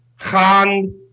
Han